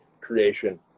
creation